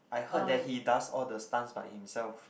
I heard that he does all the stunts by himself